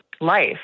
life